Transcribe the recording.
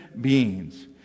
beings